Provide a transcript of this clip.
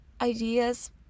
ideas